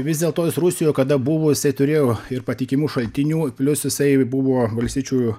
vis dėlto jis rusijo kada buvo jisai turėjo ir patikimų šaltinių plius jisai buvo valstiečių